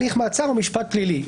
הליך מעצר או משפט פלילי.